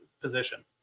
position